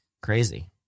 Crazy